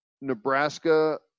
Nebraska